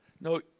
No